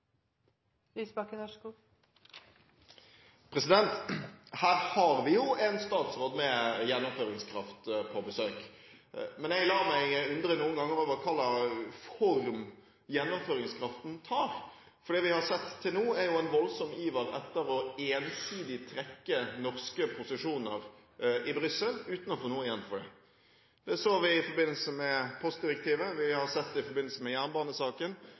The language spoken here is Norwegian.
Her har vi jo en statsråd med gjennomføringskraft på besøk. Men jeg lar meg noen ganger undre over hva slags form gjennomføringskraften tar, for det vi har sett til nå, er en voldsom iver etter ensidig å trekke norske posisjoner i Brussel, uten å få noe igjen for det. Det så vi i forbindelse med postdirektivet, vi har sett det i forbindelse med jernbanesaken,